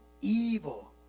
evil